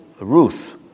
Ruth